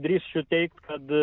drįsčiau teigt kad